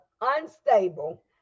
unstable